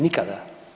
Nikada.